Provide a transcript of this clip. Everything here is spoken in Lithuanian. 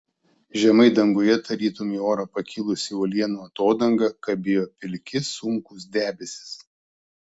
žemai danguje tarytum į orą pakilusi uolienų atodanga kabėjo pilki sunkūs debesys